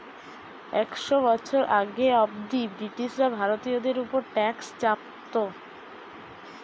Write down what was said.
একশ বছর আগে অব্দি ব্রিটিশরা ভারতীয়দের উপর ট্যাক্স চাপতো